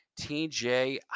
TJ